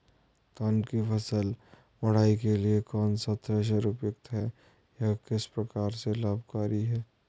धान की फसल मड़ाई के लिए कौन सा थ्रेशर उपयुक्त है यह किस प्रकार से लाभकारी है?